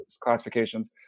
classifications